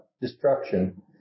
destruction